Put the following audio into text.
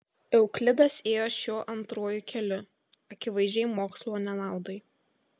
euklidas ėjo šiuo antruoju keliu akivaizdžiai mokslo nenaudai